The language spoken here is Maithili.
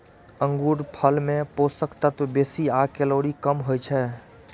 अंगूरफल मे पोषक तत्व बेसी आ कैलोरी कम होइ छै